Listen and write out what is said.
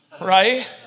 right